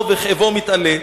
ובכאבו מתעלה.